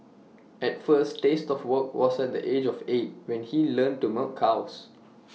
his first taste of work was at the age of eight when he learned to milk cows